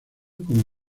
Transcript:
como